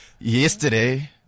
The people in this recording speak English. yesterday